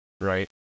right